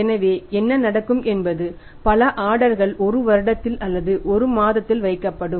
எனவே என்ன நடக்கும் என்பது பல ஆர்டர்கள் ஒரு வருடத்தில் அல்லது ஒரு மாதத்தில் வைக்கப்படும்